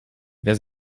wer